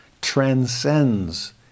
transcends